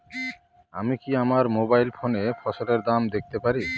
আমি কি আমার মোবাইল ফোনে ফসলের দাম দেখতে পারি?